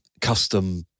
custom